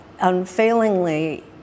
unfailingly